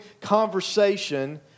conversation